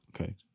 Okay